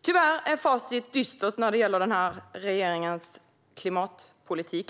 Tyvärr är facit dystert när det gäller den här regeringens klimatpolitik.